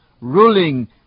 ruling